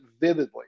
vividly